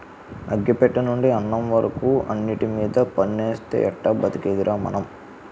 అగ్గి పెట్టెనుండి అన్నం వరకు అన్నిటిమీద పన్నేస్తే ఎట్టా బతికేదిరా మనం?